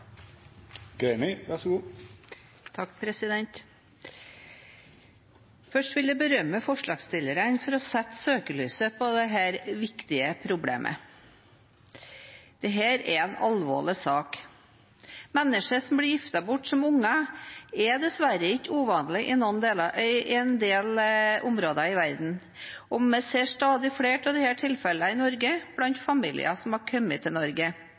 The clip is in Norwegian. Først vil jeg berømme forslagsstillerne for å sette søkelyset på dette viktige problemet. Dette er en alvorlig sak. At mennesker blir giftet bort som barn, er dessverre ikke uvanlig i en del områder i verden, og vi ser stadig flere av disse tilfellene i Norge blant familier som er kommet til Norge.